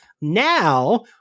Now